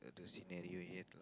the scenario yet